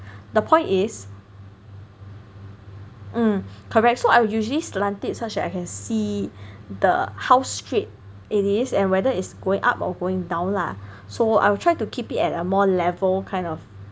the point is mm correct so I'll usually slant it such that I can see the how straight it is and whether it is going up or going down lah so I will try to keep it at a more level kind of